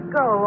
go